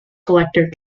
collector